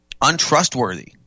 untrustworthy